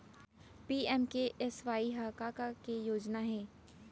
PMKSY हर का के योजना हे?